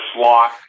slot